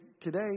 today